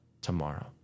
tomorrow